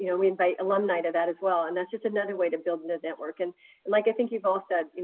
you know we invite alumni to that as well. and that's just another way to build and network. and and like i think you've all said,